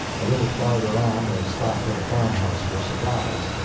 a little farther on they stopped at a farm-house for supplies.